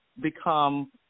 become